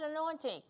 anointing